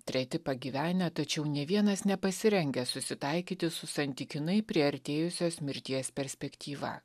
treti pagyvenę tačiau ne vienas nepasirengęs susitaikyti su santykinai priartėjusios mirties perspektyva